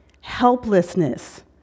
helplessness